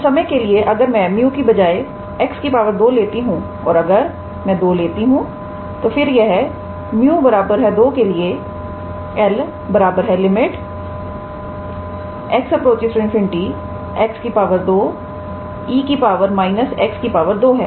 अब समय के लिए अगर मैं 𝜇 की बजाय 𝑥 2 लेती हूं और अगर 2 लेती हूं तो फिर यह 𝜇 2 के लिए 𝐿 x∞ 𝑥 2𝑒 −𝑥 2 है